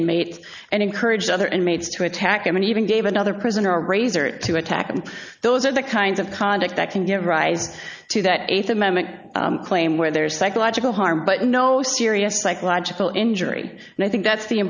inmates and encourage other inmates to attack him and even gave another prisoner a razor to attack and those are the kinds of conduct that can give rise to that eighth amendment claim where there is psychological harm but no serious psychological injury and i think that's the